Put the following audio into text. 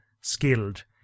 skilled